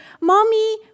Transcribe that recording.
mommy